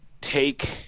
take